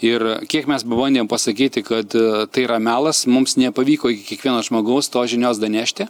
ir kiek mes bandėm pasakyti kad tai yra melas mums nepavyko iki kiekvieno žmogaus tos žinios danešti